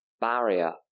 barrier